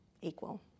equal